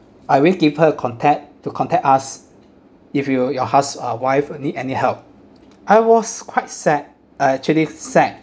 I will give her contact to contact us if you your house~ uh wife need any help I was quite sad uh actually sad